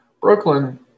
Brooklyn